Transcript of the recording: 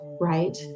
right